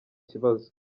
kibazo